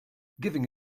giving